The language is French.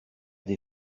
des